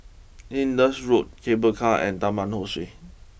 Indus Road Cable Car and Taman Ho Swee